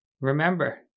Remember